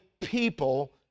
people